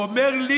הוא אומר לי,